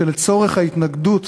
שלצורך ההתנגדות